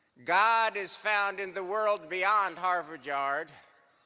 god is found in the world beyond harvard yard